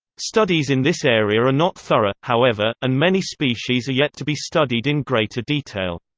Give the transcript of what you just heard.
studies in this area are not thorough, however, and many species are yet to be studied in greater detail.